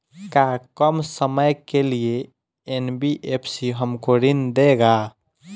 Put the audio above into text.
का कम समय के लिए एन.बी.एफ.सी हमको ऋण देगा?